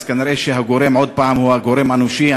אז כנראה הגורם הוא עוד הפעם הגורם האנושי.